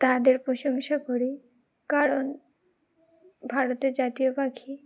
তাদের প্রশংসা করি কারণ ভারতের জাতীয় পাখি